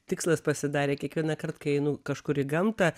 tikslas pasidarė kiekvienąkart kai einu kažkur į gamtą